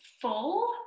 full